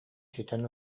ситэн